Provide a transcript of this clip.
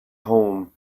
home